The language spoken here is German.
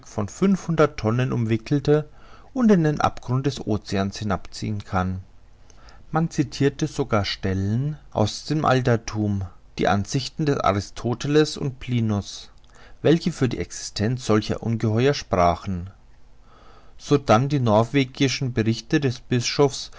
von fünfhundert tonnen umwickeln und in den abgrund des oceans hinabziehen kann man citirte sogar stellen ans dem alterthum die ansichten des aristoteles und plinius welche für die existenz solcher ungeheuer sprachen sodann die norwegischen berichte des bischofs